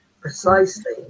precisely